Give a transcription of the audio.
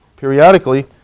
periodically